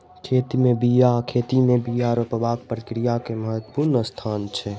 खेती में बिया रोपबाक प्रक्रिया के महत्वपूर्ण स्थान छै